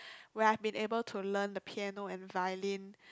where I've been able to learn the piano and violin